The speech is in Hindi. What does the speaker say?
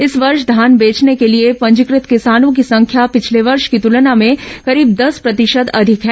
इस वर्ष धान बेचने के लिए पंजीकृत किसानों की संख्या पिछले वर्ष की तुलना में करीब दस प्रतिशत अधिक है